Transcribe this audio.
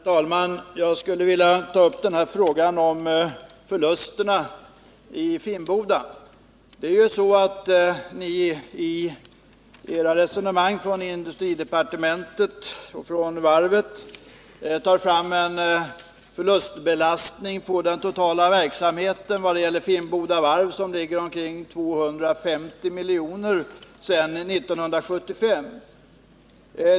Herr talman! Jag skulle vilja ta upp frågan om förlusterna vid Finnboda. Representanterna för industridepartementet och Svenska Varv tar i sitt resonemang fram en förlustbelastning på den totala verksamheten vid Finnboda uppgående till omkring 250 miljoner sedan 1975.